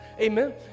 amen